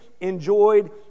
enjoyed